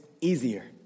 easier